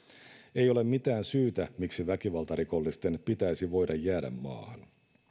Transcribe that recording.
ei ole mitään syytä miksi väkivaltarikollisten pitäisi voida jäädä maahan